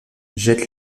jette